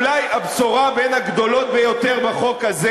אולי הבשורה בין הגדולות ביותר בחוק הזה